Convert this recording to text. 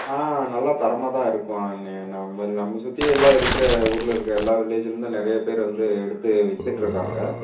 ஆ நல்ல தரமாக தான் இருக்கும் அண்ணே நம்ம நம்மை சுற்றி எல்லா இருக்கிற ஊரில் இருக்கிற எல்லா வில்லேஜுலேருந்து நிறைய பேர் வந்து எடுத்து விற்றுட்ருக்காங்க